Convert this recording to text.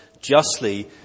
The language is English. justly